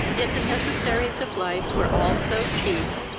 yet the necessaries of life were all so cheap,